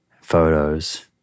photos